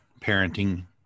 parenting